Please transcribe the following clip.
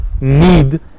need